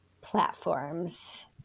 platforms